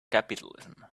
capitalism